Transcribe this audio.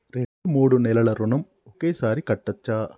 రెండు మూడు నెలల ఋణం ఒకేసారి కట్టచ్చా?